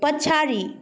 पछाडि